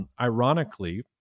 Ironically